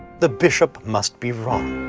the bishop must be wrong.